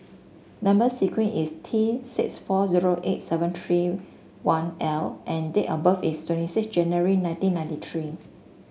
number sequence is T six four zero eight seven three one L and date of birth is twenty six January nineteen ninety three